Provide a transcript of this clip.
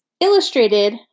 illustrated